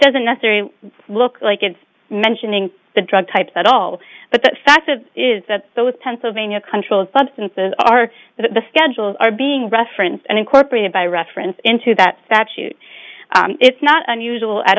doesn't necessarily look like it's mentioning the drug types at all but that fact that is that those pennsylvania controlled substances are the schedules are being referenced and incorporated by reference into that statute it's not unusual at